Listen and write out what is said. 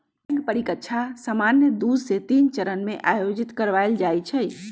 bank परीकछा सामान्य दू से तीन चरण में आयोजित करबायल जाइ छइ